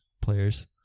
players